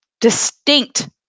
distinct